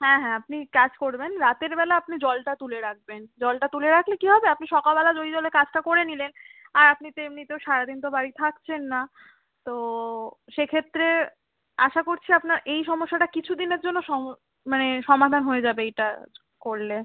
হ্যাঁ হ্যাঁ আপনি কাজ করবেন রাতেরবেলা আপনি জলটা তুলে রাখবেন জলটা তুলে রাখলে কি হবে আপনি সকালবেলা ওই জলে কাজটা করে নিলেন আর আপনি তো এমনিতেও সারা দিন তো বাড়ি থাকছেন না তো সেক্ষেত্রে আশা করছি আপনার এই সমস্যাটা কিছু দিনের জন্য সম মানে সমাধান হয়ে যাবে এইটা করলে